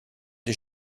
des